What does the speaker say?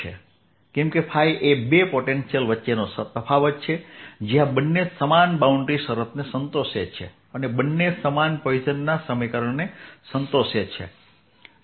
કેમ કે φએ બે પોટેન્શિયલ વચ્ચેનો તફાવત છે જ્યાં બંને સમાન બાઉન્ડ્રી શરતને સંતોષે છે અને બંને સમાન પોઇસનના સમીકરણને સંતોષે છે